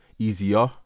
Easier